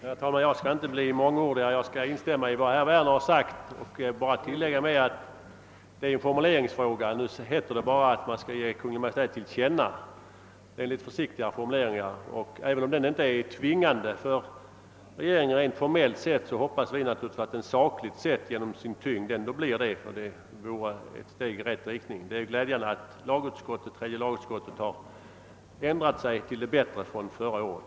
Herr talman! Jag skall inte bli mångordig. Jag vill instämma i vad herr Werner sade och bara tillägga att det han anmärkte på är en formuleringsfråga. När man säger att riksdagen skall ge Kungl. Maj:t sin mening till känna använder man en litet försiktigare formulering än den som föreslås i motionen. Även om den rent formellt sett inte är tvingande för regeringen hoppas vi naturligtvis att den sakligt sett, genom sin tyngd, ändå blir det. Det vore ett steg i rätt riktning. Det är glädjande att tredje lagutskottet har ändrat sig till det bättre sedan förra året.